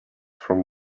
from